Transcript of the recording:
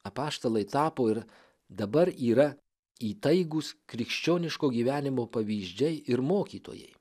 apaštalai tapo ir dabar yra įtaigūs krikščioniško gyvenimo pavyzdžiai ir mokytojai